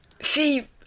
See